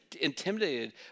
intimidated